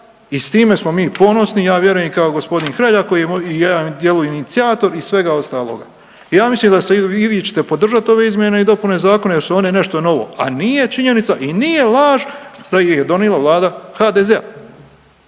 i s time smo mi ponosni, ja vjerujem kao i g. Hrelja koji je jednim dijelom inicijator i svega ostaloga. Ja mislim da i vi ćete podržati ove izmjene i dopune zakona jer su one nešto novo, a nije činjenica i nije laž da ih je donila Vlada HDZ-a.